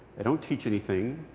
they don't teach anything.